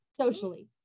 socially